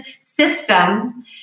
system